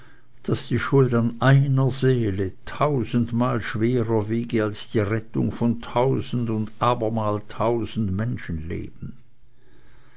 daß die schuld an einer seele tausendmal schwerer wiege als die rettung von tausend und abermal tausend